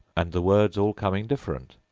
and the words all coming different,